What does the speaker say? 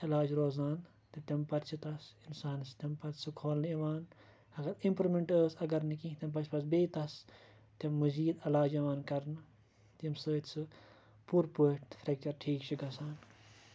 عٮ۪لاج روزان تہٕ تمہِ پَتہٕ چھِ تَس اِنسانَس تِمہ پَتہ سُہ کھولنہٕ یِوان اَگَر اِمپرومیٚنٹ ٲسۍ اَگَر نہٕ کیٚنٛہہ تمہِ پَتہٕ چھِ بیٚیہ تَس تمہِ مٔزید عٮ۪لاج یوان کَرنہٕ تمہِ سۭتۍ سُہ پورٕ پٲٹھۍ فریٚکچَر ٹھیک چھِ گَژھان